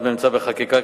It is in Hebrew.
אחד מהם נמצא כרגע בחקיקה,